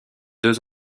deux